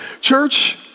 Church